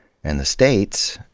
and the states,